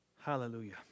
Hallelujah